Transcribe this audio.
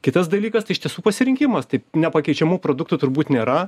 kitas dalykas tai iš tiesų pasirinkimas taip nepakeičiamų produktų turbūt nėra